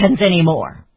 anymore